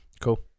Cool